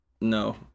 No